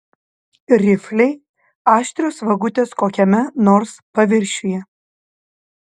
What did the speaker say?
rifliai aštrios vagutės kokiame nors paviršiuje